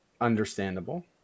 Understandable